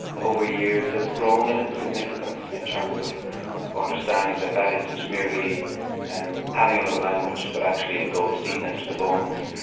over years, has grown in its significance in terms of understanding that that isn't merely and having another language, but actually, it goes deep into the bones.